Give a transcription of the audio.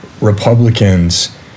Republicans